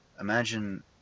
imagine